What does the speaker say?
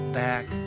back